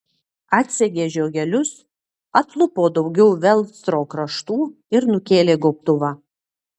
atsegė žiogelius atlupo daugiau velcro kraštų ir nukėlė gobtuvą